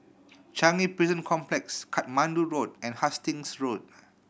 Changi Prison Complex Katmandu Road and Hastings Road